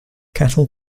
cattle